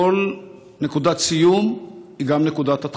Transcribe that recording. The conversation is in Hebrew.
שכל נקודת סיום היא גם נקודת התחלה.